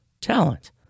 talent